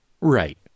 Right